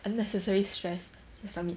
unnecessary stress then submit